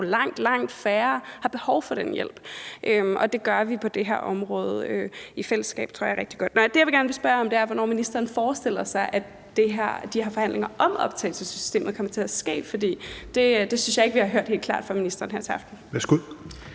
langt, langt færre har behov for den hjælp, og det tror jeg vi i fællesskab gør rigtig godt på det her område. Men det, jeg gerne vil spørge om, er, hvornår ministeren forestiller sig at de her forhandlinger om optagelsessystemet kommer til at ske. For det synes jeg ikke vi har hørt helt klart fra ministeren her til aften. Kl.